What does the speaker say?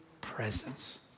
presence